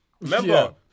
remember